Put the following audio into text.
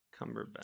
cumberbatch